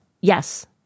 yes